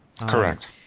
Correct